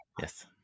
Yes